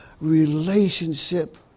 relationship